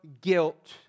guilt